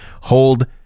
hold